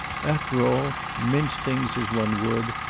after all, mince things as one would,